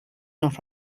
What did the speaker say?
not